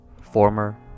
Former